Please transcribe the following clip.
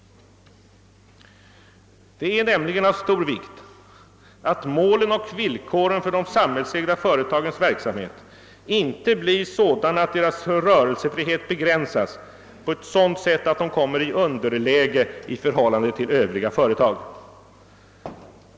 Det är nämligen av stor vikt att målen och villkoren för de samhällsägda företagens verksamhet inte blir sådana att deras rörelsefrihet begränsas på ett sådant sätt att de kommer i underläge i förhållande till övriga företag.